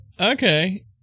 Okay